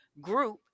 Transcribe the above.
group